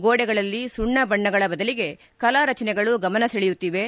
ಗೋಡೆಗಳಲ್ಲಿ ಸುಣ್ಣ ಬಣ್ಣಗಳ ಬದಲಿಗೆ ಕಲಾ ರಚನೆಗಳು ಗಮನ ಸೆಳೆಯುತ್ತಿವೆ